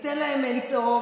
ניתן להם לצעוק,